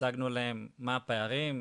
הצגנו להם מה הפערים,